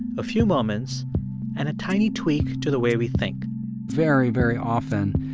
a few moments and a tiny tweak to the way we think very, very often,